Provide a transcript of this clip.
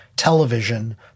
television